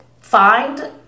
find